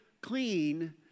clean